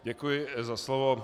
Děkuji za slovo.